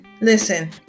listen